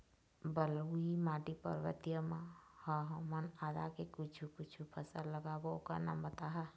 बलुई माटी पर्वतीय म ह हमन आदा के कुछू कछु फसल लगाबो ओकर नाम बताहा?